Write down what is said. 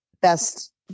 best